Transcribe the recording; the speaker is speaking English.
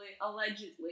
Allegedly